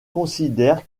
considère